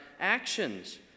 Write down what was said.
actions